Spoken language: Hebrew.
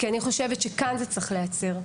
כי אני חושבת שכאן זה צריך להיעצר.